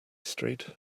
street